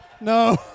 No